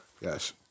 Yes